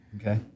okay